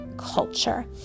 culture